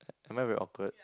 am I very awkward